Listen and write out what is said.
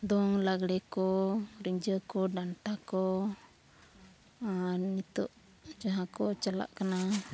ᱫᱚᱝ ᱞᱟᱜᱽᱬᱮ ᱠᱚ ᱨᱤᱸᱡᱷᱟᱹ ᱠᱚ ᱰᱟᱱᱴᱟ ᱠᱚ ᱟᱨ ᱢᱟᱱᱮ ᱱᱤᱛᱳᱜ ᱡᱟᱦᱟᱸ ᱠᱚ ᱪᱟᱞᱟᱜ ᱠᱟᱱᱟ